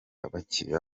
abakiriya